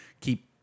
keep